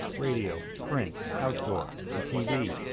radio, print, outdoor, and tv.